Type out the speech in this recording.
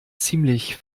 ziemlich